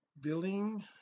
billing